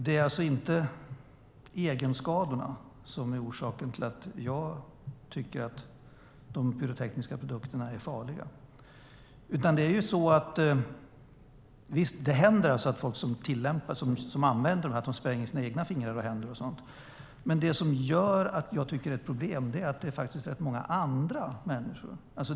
Det är alltså inte egenskadorna som är orsaken till att jag tycker att de pyrotekniska produkterna är farliga. Visst, det händer att människor som använder dem spränger sina egna fingrar och händer, men det som gör att jag tycker att det är ett problem är att det faktiskt är rätt många andra människor som skadas.